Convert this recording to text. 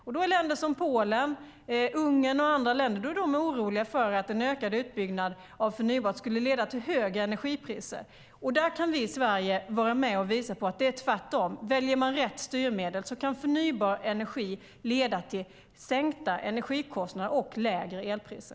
Därför är länder som Polen, Ungern och andra oroliga för att en ökad utbyggnad av förnybart skulle leda till högre energipriser. Där kan vi i Sverige vara med och visa att det är tvärtom, att om man väljer rätt styrmedel kan förnybar energi leda till sänkta energikostnader och lägre elpriser.